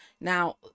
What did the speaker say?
now